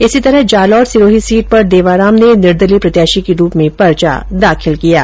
इसी प्रकार जालोर सिरोही सीट पर देवाराम ने निर्दलीय प्रत्याशी के रूप में परचा दाखिल किया है